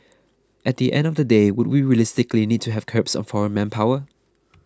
at the end of the day would we realistically need to have curbs on foreign manpower